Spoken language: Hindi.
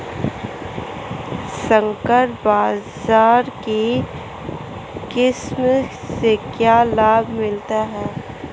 संकर बाजरा की किस्म से क्या लाभ मिलता है?